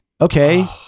okay